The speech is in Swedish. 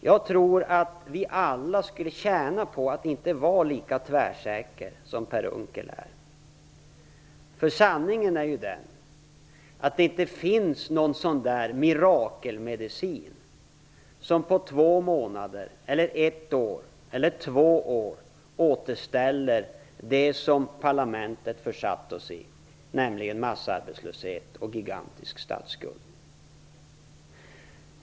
Jag tror att vi alla skulle tjäna på att inte vara lika tvärsäkra som Per Unckel är, för sanningen är ju att det inte finns någon mirakelmedicin som på två månader, ett år eller två år återställer det som parlamentet försatt oss i, nämligen massarbetslöshet och gigantisk statsskuld.